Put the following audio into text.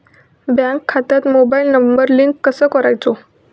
Bank खात्यात mobile number link कसो करायचो?